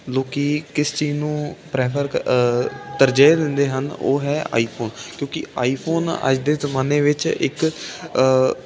ਲੋਕ ਕਿਸ ਚੀਜ਼ ਨੂੰ ਪ੍ਰੈਫਰ ਕ ਤਰਜੀਹ ਦਿੰਦੇ ਹਨ ਉਹ ਹੈ ਆਈਫੋਨ ਕਿਉਂਕਿ ਆਈਫੋਨ ਅੱਜ ਦੇ ਜਮਾਨੇ ਵਿੱਚ ਇੱਕ